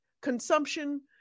consumption